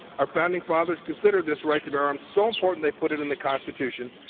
our founding fathers considered this right to bear arms so important they put it in the constitution,